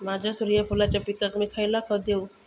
माझ्या सूर्यफुलाच्या पिकाक मी खयला खत देवू?